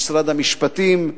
משרד המשפטים,